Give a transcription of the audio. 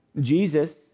Jesus